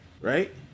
Right